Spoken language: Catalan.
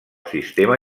sistema